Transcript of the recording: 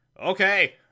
Okay